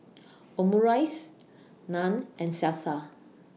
Omurice Naan and Salsa